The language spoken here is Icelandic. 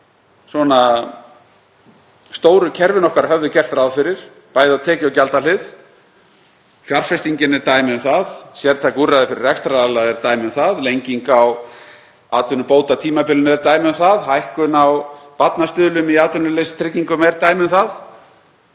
sem stóru kerfin okkar höfðu gert ráð fyrir, bæði á tekju- og gjaldahlið. Fjárfestingin er dæmi um það, sértæk úrræði fyrir rekstraraðila er dæmi um það, lenging á atvinnubótatímabilinu er dæmi um það, hækkun á barnastuðlum í atvinnuleysistryggingum er dæmi um það